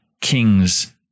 King's